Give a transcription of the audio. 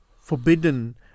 forbidden